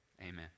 Amen